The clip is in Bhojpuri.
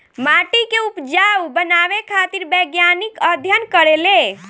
माटी के उपजाऊ बनावे खातिर वैज्ञानिक अध्ययन करेले